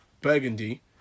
burgundy